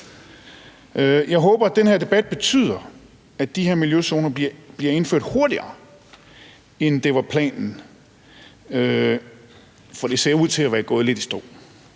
Jeg håber, at den her debat betyder, at miljøzonerne bliver indført hurtigere, end det var planen, for det ser ud til at være gået lidt i stå.